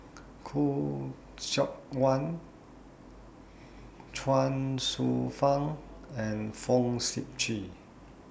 Khoo Seok Wan Chuang Hsueh Fang and Fong Sip Chee